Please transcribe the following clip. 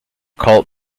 cult